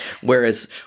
Whereas